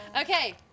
Okay